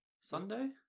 Sunday